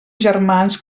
germans